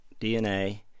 DNA